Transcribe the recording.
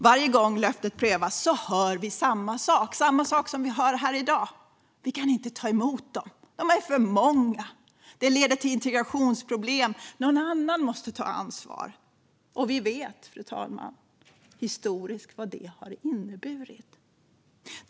Varje gång löftet prövas hör vi samma sak som vi hör här i dag: "Vi kan inte ta emot dem; de är för många. Det leder till integrationsproblem. Någon annan måste ta ansvar." Vi vet vad det har inneburit historiskt, fru talman.